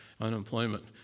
unemployment